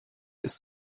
ist